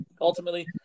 Ultimately